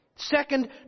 Second